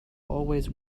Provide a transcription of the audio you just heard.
always